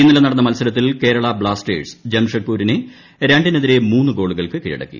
ഇന്നലെ നടന്ന് മത്സർത്തിൽ കേരളാ ബ്ലാസ്റ്റേഴ്സ് ജംഷഡ്പൂരിനെ രണ്ടിനെതിരെ മൂന്ന് ിഗ്മോളുകൾക്ക് കീഴടക്കി